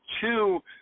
two –